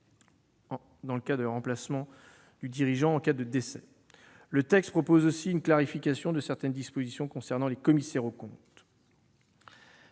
ne permet le remplacement de ce dernier qu'en cas de décès. Le texte propose aussi une clarification de certaines dispositions concernant les commissaires aux comptes.